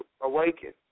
awaken